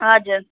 हजुर